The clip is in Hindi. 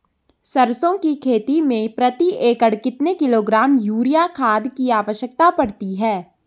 सरसों की खेती में प्रति एकड़ कितने किलोग्राम यूरिया खाद की आवश्यकता पड़ती है?